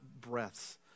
breaths